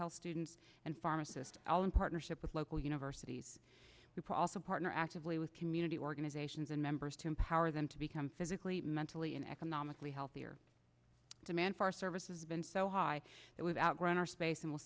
health students and pharmacists all in partnership with local universities and also partner actively with community organizations and members to empower them to become physically mentally and economically healthier demand for our services been so high that was outgrown our space and will